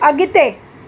अॻिते